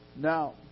Now